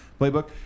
playbook